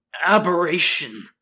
aberration